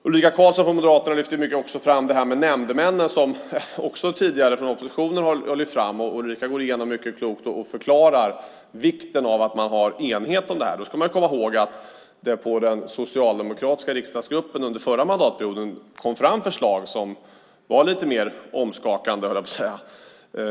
Ulrika Karlsson från Moderaterna lyfter fram det här med nämndemännen, som också har lyfts fram tidigare från oppositionen. Ulrika går mycket klokt igenom detta och förklarar vikten av att man har enighet om det här. Då ska man komma ihåg att det i den socialdemokratiska riksdagsgruppen under förra mandatperioden kom fram förslag som var lite mer omskakande, höll jag på att säga.